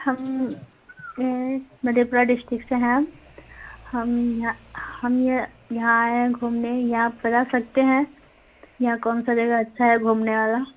हम मध्य प्रदेश से हैं हम यहाँ हम या यहाँ आए हैं घूमने यह आप बता सकते हैं यहाँ कौन सी जगह अच्छी है घूमने वाला